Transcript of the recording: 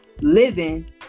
living